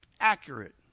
accurate